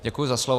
Děkuji za slovo.